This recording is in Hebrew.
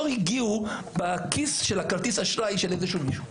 הגיעו בכיס של כרטיס האשראי של מישהו.